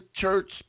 church